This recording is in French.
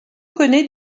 connaît